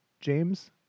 James